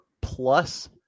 plus